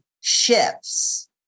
shifts